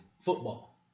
Football